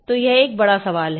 तो यह एक बड़ा सवाल है